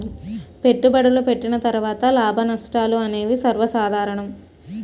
పెట్టుబడులు పెట్టిన తర్వాత లాభనష్టాలు అనేవి సర్వసాధారణం